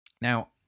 Now